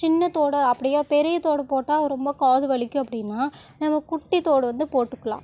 சின்ன தோடு அப்படியா பெரிய தோடு போட்டால் ரொம்ப காது வலிக்கும் அப்படின்னா நம்ம குட்டி தோடு வந்து போட்டுக்கலாம்